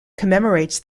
commemorates